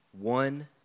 One